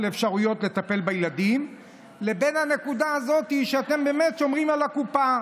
אפשרויות לטפל בילדים לבין הנקודה הזאת שאתם באמת שומרים על הקופה.